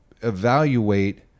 evaluate